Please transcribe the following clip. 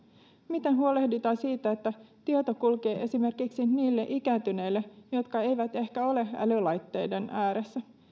miten huolehditaan siitä että tieto kulkee esimerkiksi niille ikääntyneille jotka eivät ehkä ole älylaitteiden ääressä